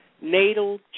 Natal